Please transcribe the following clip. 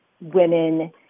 women